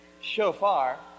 Shofar